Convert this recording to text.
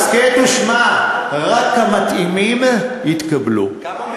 הסכת ושמע: רק המתאימים התקבלו.